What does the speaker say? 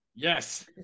Yes